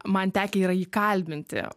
man tekę yra jį kalbinti